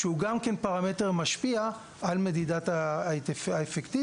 שהוא גם כן פרמטר שמשפיע על מדידת האפקטיביות,